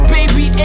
Baby